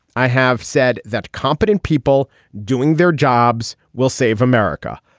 i have said that competent people doing their jobs will save america.